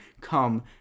come